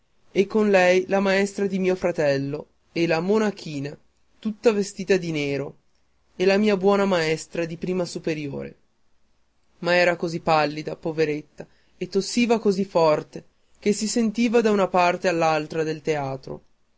e con lei la maestra di mio fratello e la monachina tutta vestita di nero e la mia buona maestra di prima superiore ma così pallida poveretta e tossiva così forte che si sentiva da una parte all'altra del teatro